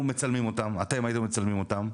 אתם הייתם מצלמים אותם,